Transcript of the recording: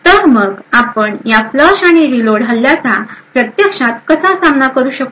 तर मग आपण या फ्लश आणि रीलोड हल्ल्याचा प्रत्यक्षात कसा सामना करू शकतो